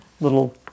little